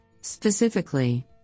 Specifically